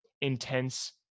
intense